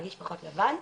להרגיש פחות לבד.